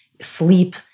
sleep